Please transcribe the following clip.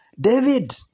David